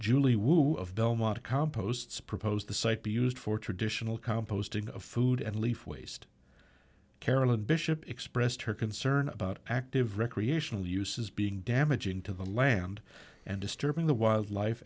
julie wu of belmont composts proposed the site be used for traditional composting of food and leaf waste carolyn bishop expressed her concern about active recreational use is being damaging to the land and disturbing the wildlife